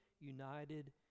united